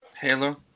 Halo